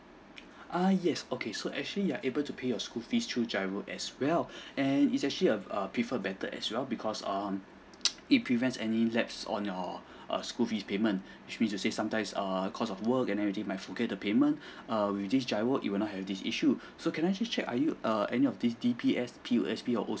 uh yes okay so actually you are able to pay your school fees through GIRO as well and it's actually a a preferred method as well because um it prevents any lapse on your err school fees payment which means to say sometimes err cause of work and you might did forget the payment err within GIRO you would not have this issue so can I just check are you err any of these D_B_S P_O_S_B or